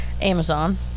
Amazon